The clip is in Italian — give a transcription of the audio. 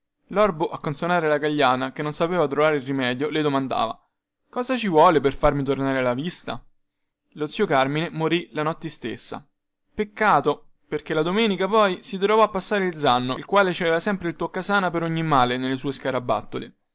lorbo a canzonare la gagliana che non sapeva trovare il rimedio le domandava cosa ci vuole per farmi tornare la vista lo zio carmine morì la notte istessa peccato perchè la domenica poi si trovò a passare il zanno il quale ci aveva il tocca e sana per ogni male nelle sue scarabattole